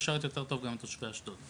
זה ישרת יותר טוב גם את תושבי אשדוד.